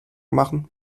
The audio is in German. machen